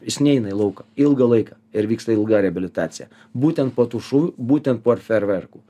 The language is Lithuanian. jis neina į lauką ilgą laiką ir vyksta ilga reabilitacija būtent po tų šūvių būtent po fejerverkų